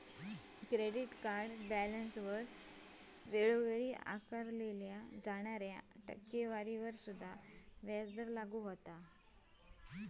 credit card बॅलन्सवर वेळोवेळी आकारल्यो जाणाऱ्या टक्केवारीवर सुद्धा व्याजदर लागू होता